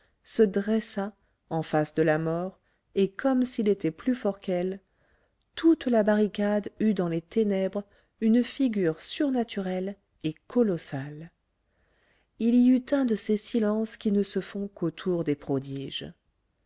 se dressa en face de la mort et comme s'il était plus fort qu'elle toute la barricade eut dans les ténèbres une figure surnaturelle et colossale il y eut un de ces silences qui ne se font qu'autour des prodiges